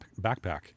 backpack